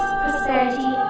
prosperity